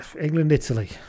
England-Italy